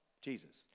Jesus